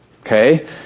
Okay